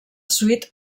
suite